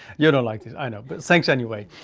you don't like this, i know, but thanks anyway.